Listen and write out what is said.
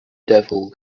devil